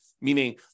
meaning